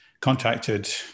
contacted